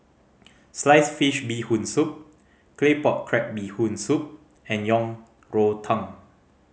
sliced fish Bee Hoon Soup Claypot Crab Bee Hoon Soup and Yang Rou Tang